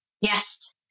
Yes